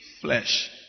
flesh